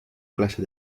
clase